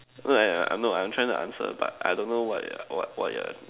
no I I I know I'm trying to answer but I don't know what you're what what you're